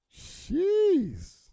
jeez